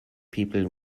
people